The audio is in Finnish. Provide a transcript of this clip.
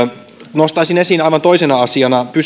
nostaisin esiin aivan toisena asiana